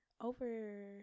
Over